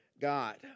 God